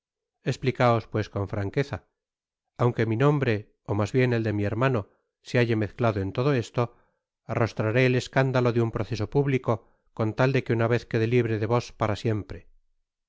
esplicaos pues con franqueza aunque mi nombre ó mas bien el de mi hermano se halle mezclado en todo esto arrostraré el escándalo de un proceso público con tal que de una vez quede libre de vos para siempre